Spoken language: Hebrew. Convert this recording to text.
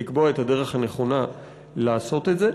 לקבוע את הדרך הנכונה לעשות את זה.